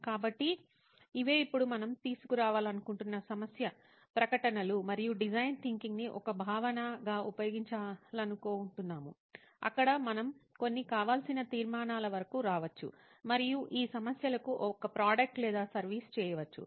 కాబట్టి ఇవే ఇప్పుడు మనం తీసుకు రావాలనుకుంటున్న సమస్య ప్రకటనలు మరియు డిజైన్ థింకింగ్ ని ఒక భావన గా ఉపయోగించుకోవాలనుకుంటున్నాము అక్కడ మనం కొన్ని కావాల్సిన తీర్మానాల వరకు రావచ్చు మరియు ఈ సమస్యలకు ఒక ప్రోడక్ట్ లేదా సర్వీస్ చేయవచ్చు